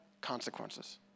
consequences